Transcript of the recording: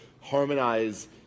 harmonize